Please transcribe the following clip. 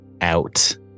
out